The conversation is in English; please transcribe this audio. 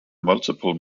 multiple